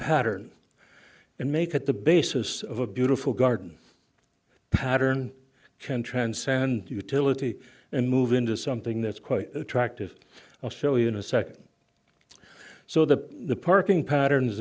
pattern and make it the basis of a beautiful garden pattern can transcend utility and move into something that's quite attractive i'll show you in a second so that the parking patterns